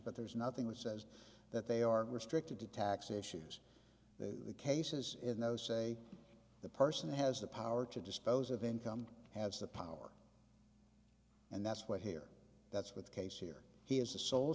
there's nothing that says that they are restricted to tax issues the cases in those say the person who has the power to dispose of income has the power and that's what here that's with case here he is